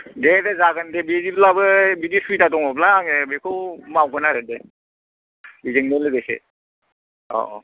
दे दे जागोन दे बिदिब्लाबो बिदि सुबिदा दङब्ला आङो बेखौ मावगोन आरो दे बेजोंनो लोगोसे औ औ